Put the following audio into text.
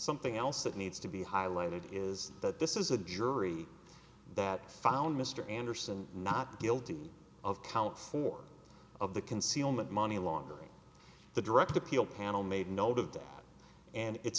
something else that needs to be highlighted is that this is a jury that found mr anderson not guilty of count four of the concealment money laundering the direct appeal panel made note of day and it's